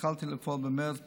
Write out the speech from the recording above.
התחלתי לפעול במרץ,